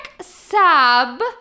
sab